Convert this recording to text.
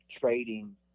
trading